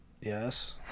Yes